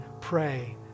pray